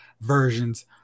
versions